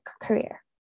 career